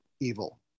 evil